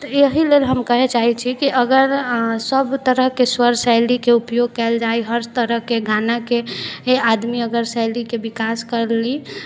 तऽ एहि लेल हम कहै चाहे छी कि अगर अहाँ सभ तरहके स्वर शैलीके उपयोग कयल जाइ हर तरहके गानाके आदमी अगर शैलीके विकास करि ली